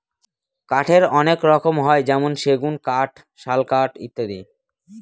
কাঠের অনেক রকম হয় যেমন সেগুন কাঠ, শাল কাঠ ইত্যাদি